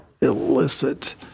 illicit